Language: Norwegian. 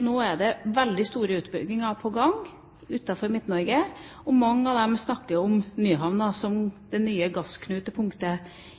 Nå er det veldig store utbygginger på gang utenfor Midt-Norge, og mange snakker om Nyhavna som det nye gassknutepunktet